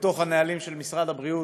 בתוך הנהלים של משרד הבריאות.